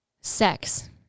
Sex